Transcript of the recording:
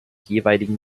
jeweiligen